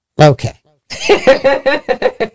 Okay